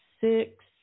six